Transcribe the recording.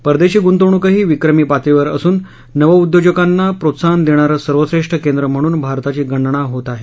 परदेशी गुंतवणूकही विक्रमी पातळीवर असून नवउद्योजकांना प्रोत्साहन देणारं सर्वश्रेष्ठ केंद्र म्हणून भारताची गणना होत आहे